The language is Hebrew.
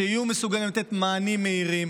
שיהיו מסוגלים לתת מענים מהירים.